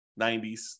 90s